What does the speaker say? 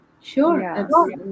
Sure